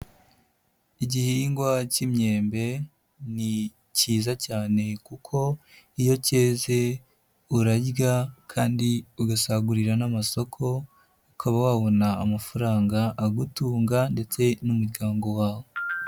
Igihingwa cy'imyembe ni cyiza cyane kuko iyo cyeze urarya kandi ugasagurira n'amasoko ukaba wabona amafaranga agutunga ndetse n'umuryango wawe.